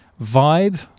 vibe